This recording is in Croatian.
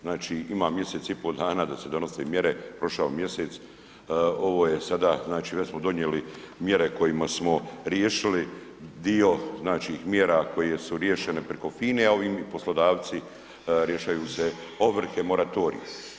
Znači, ima mjesec i po dana da se donose mjere, prošao mjesec, ovo je sada, znači već smo donijeli mjere kojima smo riješili dio, znači mjera koje su riješene preko FINA-e, a ovim i poslodavci rješaju se ovrhe, moratorij.